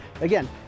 Again